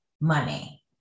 money